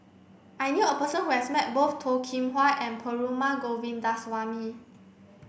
I knew a person who has met both Toh Kim Hwa and Perumal Govindaswamy